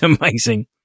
amazing